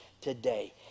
today